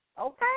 Okay